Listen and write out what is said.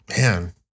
Man